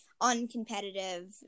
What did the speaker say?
uncompetitive